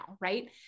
Right